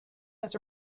this